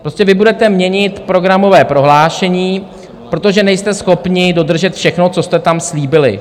Prostě vy budete měnit programové prohlášení, protože nejste schopni dodržet všechno, co jste tam slíbili.